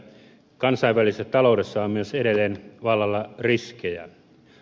kansainvälisessä taloudessa on myös edelleen vallalla riskejä